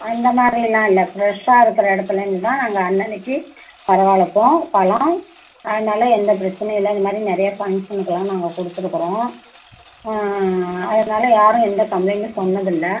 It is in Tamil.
அந்த மாதிரிலாம் இல்லை ஃப்ரஷாக இருக்கிற இடத்துலேந்து தான் நாங்கள் அன்னனைக்கு வரவழப்போம் பழம் அதனால் எந்த பிரச்சனையும் இல்லை இந்த மாரி நிறைய ஃபங்க்சனுக்குலாம் நாங்கள் கொடுத்துருகுறோம் அதனால் யாரும் எந்த கம்ப்லைன்டும் சொன்னது இல்லை